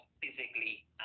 physically